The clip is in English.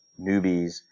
newbies